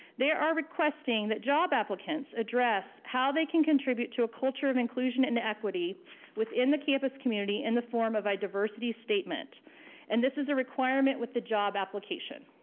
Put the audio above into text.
they are are requesting that job applicants address how they can contribute to a culture of inclusion and equity within the campus community in the form of a diversity statement and this is a requirement with the job application.